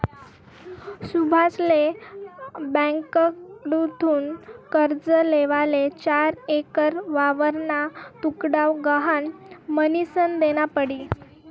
सुभाषले ब्यांककडथून कर्ज लेवाले चार एकर वावरना तुकडा गहाण म्हनीसन देना पडी